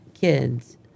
kids